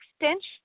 extension